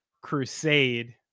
crusade